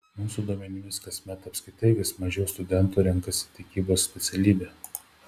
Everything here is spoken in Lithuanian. mūsų duomenimis kasmet apskritai vis mažiau studentų renkasi tikybos specialybę